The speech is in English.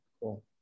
Cool